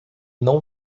não